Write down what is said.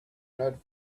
not